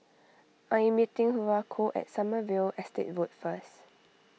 I am meeting Haruko at Sommerville Estate Road first